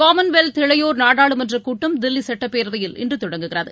Commonwealth இளையோர் நாடாளுமன்ற கூட்டம் தில்லி சுட்டப்பேரவையில் இன்று தொடங்குகிறது